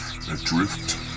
Adrift